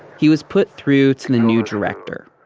he was put through to the new director,